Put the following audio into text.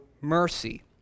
mercy